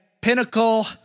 Pinnacle